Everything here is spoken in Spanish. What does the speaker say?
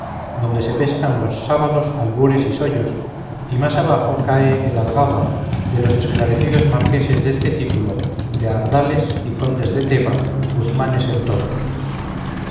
donde se pescan los sábalos albures y sollos y más abajo cae el algaba de los esclarecidos marqueses deste título de ardales y condes de teba guzmanes en todo